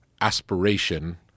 aspiration